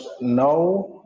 now